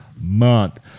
month